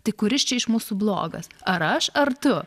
tai kuris čia iš mūsų blogas ar aš ar tu